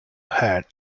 had